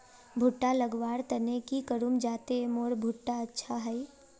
भुट्टा लगवार तने की करूम जाते मोर भुट्टा अच्छा हाई?